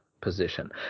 position